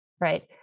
right